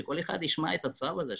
שכל אחד ישמע את הצד הזה,